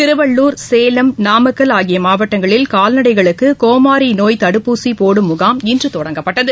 திருவள்ளுர் சேலம் நாமக்கல் ஆகிய மாவட்டங்களில் கால்நடைகளுக்கு கோமாரி நோய் தடுப்பூசி போடும் முகாம் இன்று தொடங்கப்பட்டது